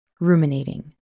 ruminating